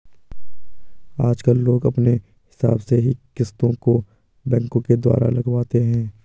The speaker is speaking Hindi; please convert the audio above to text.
आजकल लोग अपने हिसाब से ही किस्तों को बैंकों के द्वारा लगवाते हैं